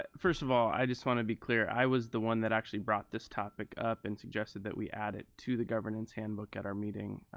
first of all, i just want to be clear. i was the one that actually brought this topic up and suggested that we added to the governance handbook at our meeting,